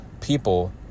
people